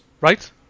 Right